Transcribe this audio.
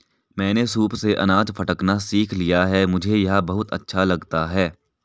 मैंने सूप से अनाज फटकना सीख लिया है मुझे यह बहुत अच्छा लगता है